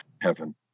heaven